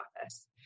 office